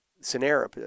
scenario